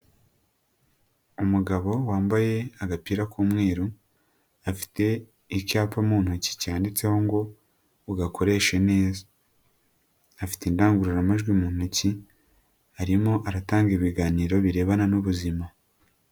Umugabo wambaye agapira k'umweru, afite icyapa mu ntoki cyanditseho ngo: "Ugakoreshe neza", afite indangururamajwi mu ntoki arimo aratanga ibiganiro birebana n'ubuzima.